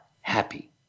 happy